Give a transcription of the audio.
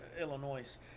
illinois